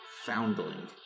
foundling